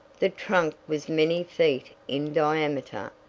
the trunk was many feet in diameter,